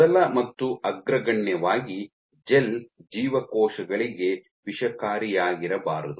ಮೊದಲ ಮತ್ತು ಅಗ್ರಗಣ್ಯವಾಗಿ ಜೆಲ್ ಜೀವಕೋಶಗಳಿಗೆ ವಿಷಕಾರಿಯಾಗಿರಬಾರದು